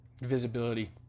visibility